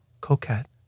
coquette